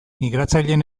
migratzaileen